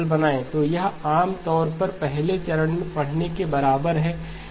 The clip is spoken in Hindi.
तो यह आम तौर पर पहले चरण में पढ़ने के बराबर है